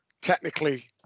technically